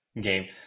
game